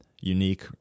unique